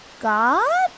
God